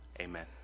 amen